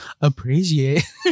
appreciate